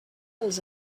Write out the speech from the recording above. els